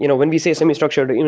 you know when we say semi-structured,